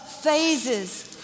phases